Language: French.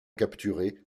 capturé